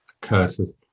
Curtis